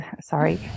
sorry